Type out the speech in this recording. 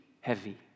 heavy